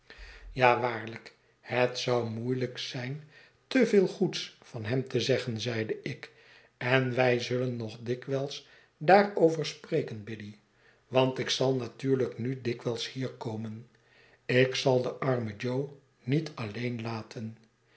ja waarlijk het zou moeielijk zijn te veel goeds van hem te zeggen zeide ik en wij zullen nog dikwijls daarover spreken biddy want ik zal natuurlijk nu dikwijls hier komen ik zal den armen jo niet alleen latent